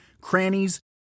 crannies